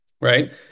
right